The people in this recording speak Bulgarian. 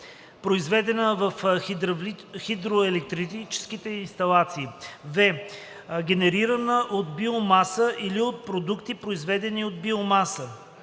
произведена в хидроелектрически инсталации; в) генерирана от биомаса или от продукти, произведени от биомаса;